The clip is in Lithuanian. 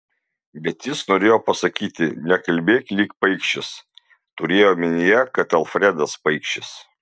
bet jis norėjo pasakyti nekalbėk lyg paikšis turėjo omenyje kad alfredas paikšis